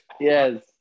Yes